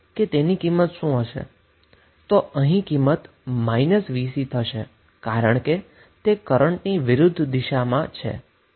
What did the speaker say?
તો અહીં value −vC છે કારણ કે તે કરન્ટની વિરુધ્ધ દિશામાં છે